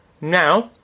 Now